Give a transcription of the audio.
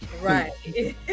Right